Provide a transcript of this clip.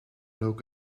rook